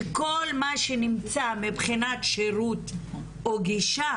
שכול מה שנמצא מבחינת שירות או גישה